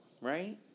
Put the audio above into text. right